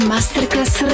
Masterclass